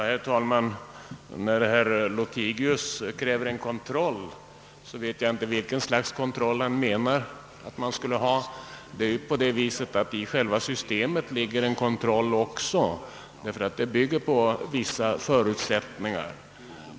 Herr talman! När herr Lothigius här kräver en kontroll vet jag inte vilket slags kontroll han avser. I själva systemet ligger redan en kontroll, eftersom det bygger på vissa förutsättningar.